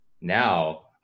now